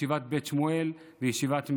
ישיבת בית שמואל וישיבת מיר.